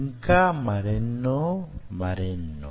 యింకా మరెన్నో మరెన్నో